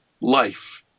life